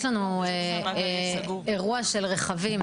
יש לנו אירוע של רכבים,